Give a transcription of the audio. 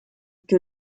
que